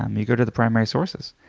um you go to the primary sources,